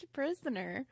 prisoner